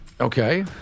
Okay